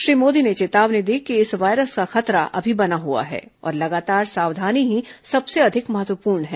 श्री मोदी ने चेतावनी दी कि इस वायरस का खतरा अभी बना हआ है और लगातार सावधानी ही सबसे अधिक महत्वपूर्ण है